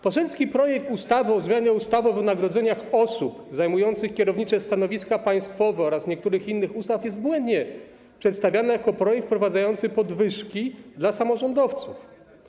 Poselski projekt ustawy o zmianie ustawy o wynagrodzeniu osób zajmujących kierownicze stanowiska państwowe oraz niektórych innych ustaw jest błędnie przedstawiany jako projekt wprowadzający podwyżki dla samorządowców.